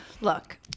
Look